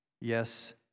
Yes